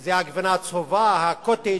שזה הגבינה הצהובה, הקוטג'